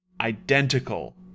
identical